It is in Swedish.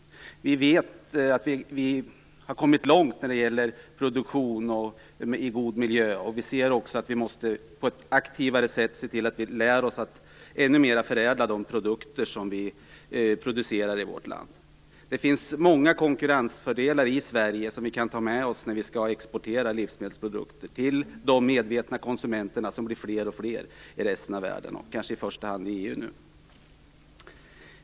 Vi har kommit långt när det gäller produktion i god miljö, och vi måste på ett aktivare sätt lära oss att ännu mera förädla de produkter som vi producerar i vårt land. Det finns många konkurrensfördelar i Sverige som vi kan ta med oss när vi skall exportera livsmedelsprodukter till de medvetna konsumenterna, som blir fler och fler i resten av världen och kanske i första hand nu EU.